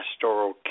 pastoral